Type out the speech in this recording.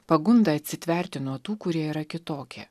pagunda atsitverti nuo tų kurie yra kitokiae